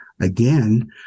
again